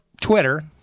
Twitter